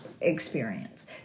experience